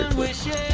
wishes